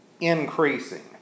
increasing